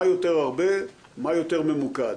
מה יותר הרבה, מה יותר ממוקד.